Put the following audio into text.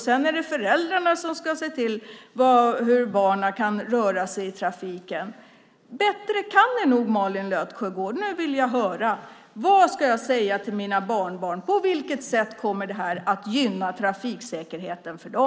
Sedan är det föräldrarna som ska se till hur barnen kan röra sig i trafiken. Bättre kan ni nog, Malin Löfsjögård. Nu vill jag höra: Vad ska jag säga till mina barnbarn? På vilket sätt kommer detta att gynna trafiksäkerheten för dem?